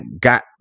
got